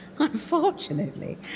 Unfortunately